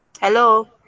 Hello